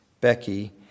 Becky